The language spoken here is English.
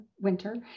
winter